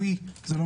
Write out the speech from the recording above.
הוא נזהר בכביש.